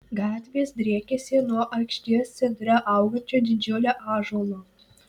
gatvės driekėsi nuo aikštės centre augančio didžiulio ąžuolo